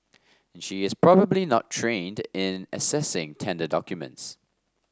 and she is probably not trained in assessing tender documents